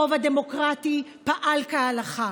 הרוב הדמוקרטי פעל כהלכה,